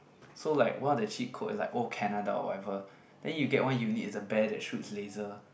so like one of the cheat code is like old Canada or whatever then you get one unit is a bear that shoots laser